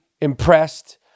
impressed